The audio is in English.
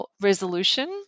resolution